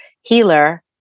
healer